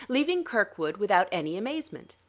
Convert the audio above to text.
leaving kirkwood without any amazement.